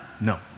No